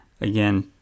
again